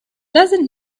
doesn’t